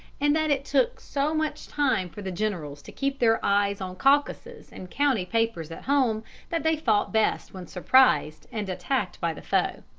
and that it took so much time for the generals to keep their eyes on caucuses and county papers at home that they fought best when surprised and attacked by the foe.